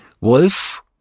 Wolf